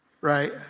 Right